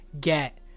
get